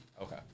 Okay